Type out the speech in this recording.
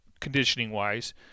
conditioning-wise